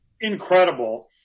Incredible